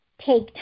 take